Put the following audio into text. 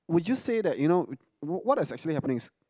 would you say that you know what is actually happening is